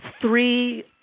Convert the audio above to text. three